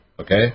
okay